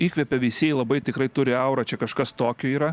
įkvepia veisiejai labai tikrai turi aurą čia kažkas tokio yra